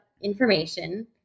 information